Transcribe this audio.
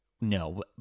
no